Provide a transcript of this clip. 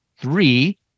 Three